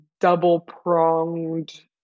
double-pronged